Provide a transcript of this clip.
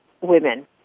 women